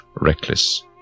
reckless